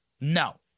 No